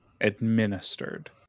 administered